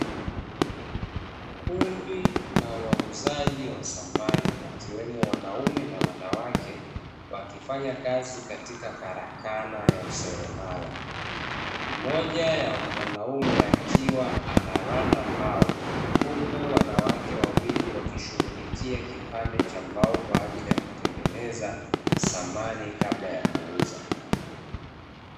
Kundi la wauzaji wa samani wakiwemo wanaume na wanawake wakifanya kazi katika karakana ya useremala, mmoja ya mwanaume akiwa anaranda mbao huku wanawake wawili wakishuhulikia kipande cha mbao kwajili ya kutengeneza samani kabla ya kuuza.